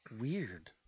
Weird